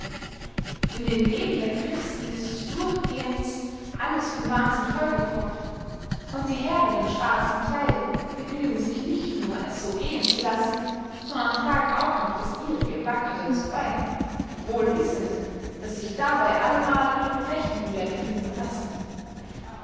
in dem leben der christen ist durchgehends alles von wahnsinn vollgepfropft und die herren im schwarzen kleide begnügen sich nicht nur es so gehen zu lassen sondern tragen auch noch das ihrige wacker dazu bey wohl wissend daß sich dabey allemal ihre rechnung werde finden lassen